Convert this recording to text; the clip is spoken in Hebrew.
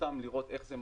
לראות איך זה משפיע,